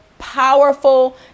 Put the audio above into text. powerful